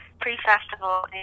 pre-festival